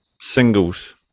singles